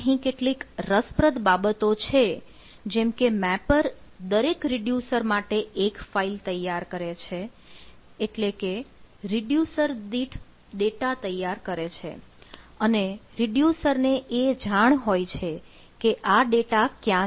અહીં કેટલીક રસપ્રદ બાબતો છે જેમ કે મેપર દરેક રીડ્યુસર માટે એક ફાઈલ તૈયાર કરે છે એટલે કે રીડ્યુસર દીઠ ડેટા તૈયાર કરે છે અને રીડ્યુસર ને એ જાણ હોય છે કે આ ડેટા ક્યાં છે